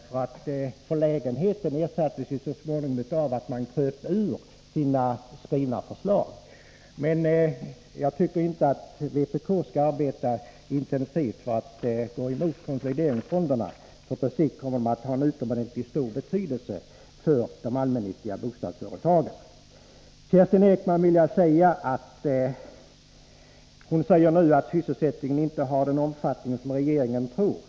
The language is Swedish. Förlägenheten ersattes så småningom av att man övergav sina skrivna förslag. Men jag tycker inte att vpk skall arbeta intensivt för att gå emot konsolideringsfonderna, för på sikt kommer de att ha en utomordentligt stor betydelse för de allmännyttiga bostadsföretagen. Kerstin Ekman sade att sysselsättningen inte får den omfattning som regeringen tror.